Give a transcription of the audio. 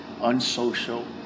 unsocial